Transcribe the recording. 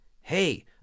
hey